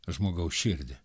žmogaus širdį